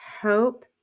hope